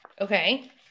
Okay